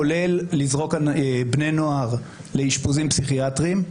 כולל לזרוק בני נוער לאשפוזים פסיכיאטריים,